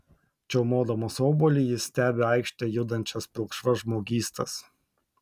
čiaumodamas obuolį jis stebi aikšte judančias pilkšvas žmogystas